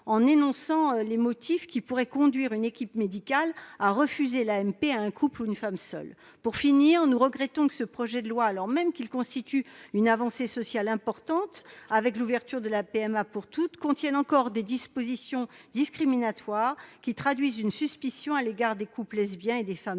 en énonçant les motifs qui pourraient conduire une équipe médicale à refuser l'AMP à un couple ou à une femme seule. Pour finir, nous regrettons que ce projet de loi, alors même qu'il constitue une avancée sociale importante, avec l'ouverture de la PMA pour toutes, contienne encore des dispositions discriminatoires qui traduisent une suspicion à l'égard des couples lesbiens et des femmes non